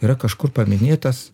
yra kažkur paminėtas